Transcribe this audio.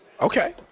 Okay